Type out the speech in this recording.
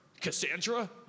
Cassandra